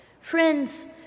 Friends